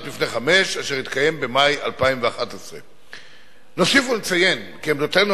מפנה 5" אשר התקיים במאי 2011. נוסיף ונציין כי עמדתנו